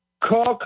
cook